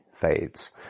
fades